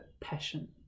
passion